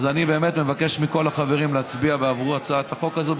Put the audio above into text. אז אני באמת מבקש מכל החברים להצביע בעבור הצעת החוק הזאת,